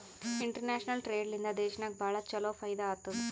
international trade ಲಿಂದಾ ದೇಶನಾಗ್ ಭಾಳ ಛಲೋ ಫೈದಾ ಆತ್ತುದ್